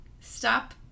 stop